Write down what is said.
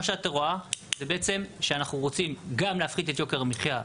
מה שאת רואה זה בעצם שאנחנו רוצים גם להפחית את יוקר המחיה להורים,